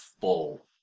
full